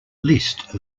list